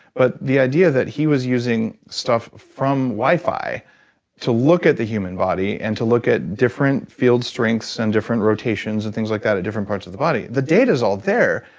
but the idea that he was using stuff from wi-fi to look at the human body and to look at different field strengths and different rotations and things like that at different parts of the body. the data's all there,